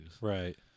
Right